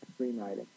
screenwriting